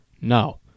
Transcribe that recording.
No